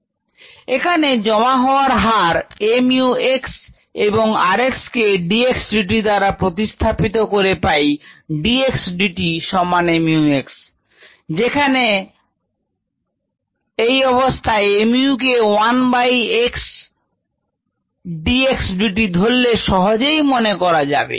rxμxorheredxdtμx এখানে জমা হওয়ার হার সমান mu x এবং r x কে d x dt দ্বারা প্রতিস্থাপিত করে পাই d x dt সমান mu x যেখানে কে এই অবস্থায় mu কে 1 by x d x dt ধরলে সহজে মনে করা যাবে